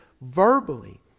verbally